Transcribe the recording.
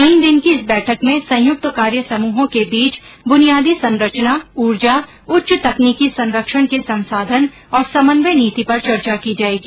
तीन दिन की इस बैठक में संयुक्त कार्य समूहों के बीच बुनियादी संरचना ऊर्जा उच्च तकनीकी संरक्षण के संसाधन और समन्वय नीति पर चर्चा की जाएगी